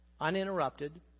Uninterrupted